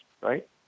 right